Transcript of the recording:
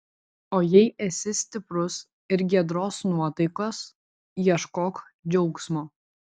o jei esi stiprus ir giedros nuotaikos ieškok džiaugsmo